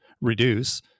reduce